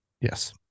Yes